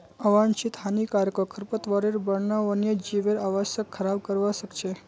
आवांछित हानिकारक खरपतवारेर बढ़ना वन्यजीवेर आवासक खराब करवा सख छ